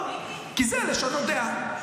כי זה לשנות דעה.